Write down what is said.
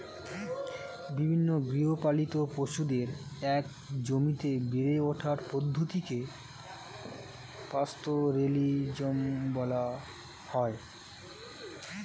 বিভিন্ন গৃহপালিত পশুদের একই জমিতে বেড়ে ওঠার পদ্ধতিকে পাস্তোরেলিজম বলা হয়